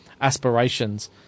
aspirations